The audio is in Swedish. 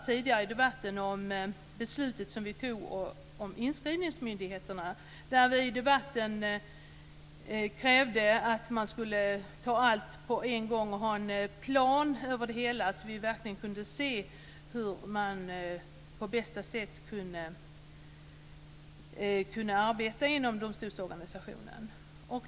Tidigare i debatten om inskrivningsmyndigheten krävde vi att man skulle ta allt på en gång och ha en plan över det hela så att vi verkligen kan se hur man på bästa sätt kan arbeta inom domstolsorganisationen.